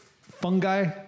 fungi